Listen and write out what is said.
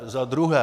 Za druhé.